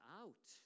out